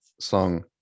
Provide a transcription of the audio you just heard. song